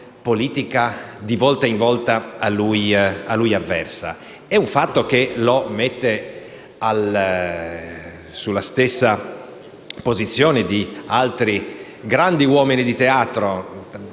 politica di volta in volta a lui avversa. Questo fatto lo ha messo sulla stessa posizione di altri grandi uomini di teatro.